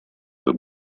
the